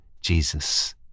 Jesus